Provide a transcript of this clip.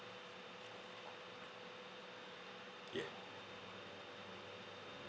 ya